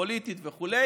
פוליטית וכו',